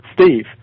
Steve